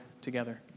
together